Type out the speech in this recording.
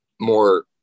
more